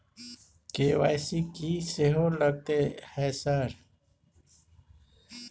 KYC की सेहो लगतै है सर?